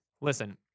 listen